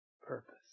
Purpose